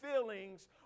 feelings